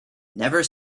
never